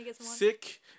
sick